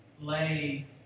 Lay